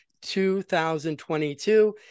2022